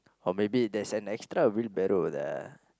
or maybe there's an extra wheelbarrow lah